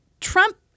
Trump